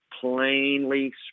plainly